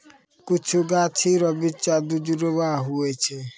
कुछु गाछी रो बिच्चा दुजुड़वा हुवै छै